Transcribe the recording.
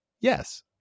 Yes